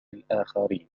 الآخرين